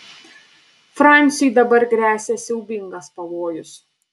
fransiui dabar gresia siaubingas pavojus